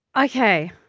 ok.